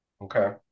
Okay